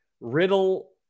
Riddle